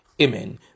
Amen